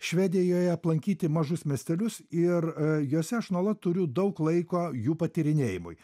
švedijoje aplankyti mažus miestelius ir juose aš nuolat turiu daug laiko jų patyrinėjimui